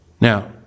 Now